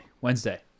Wednesday